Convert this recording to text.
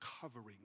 covering